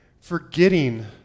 forgetting